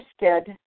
interested